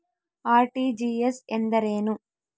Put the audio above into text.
RTGS ಎಂದರೇನು?